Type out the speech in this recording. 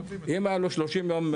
אם היה לו 30 יום,